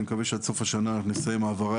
אני מקווה שעד סוף השנה אנחנו נסיים העברה